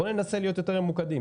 בואו ננסה להיות יותר ממוקדים.